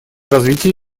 развития